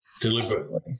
deliberately